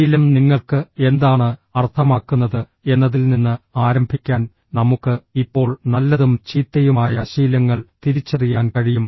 ശീലം നിങ്ങൾക്ക് എന്താണ് അർത്ഥമാക്കുന്നത് എന്നതിൽ നിന്ന് ആരംഭിക്കാൻ നമുക്ക് ഇപ്പോൾ നല്ലതും ചീത്തയുമായ ശീലങ്ങൾ തിരിച്ചറിയാൻ കഴിയും